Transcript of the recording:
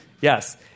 Yes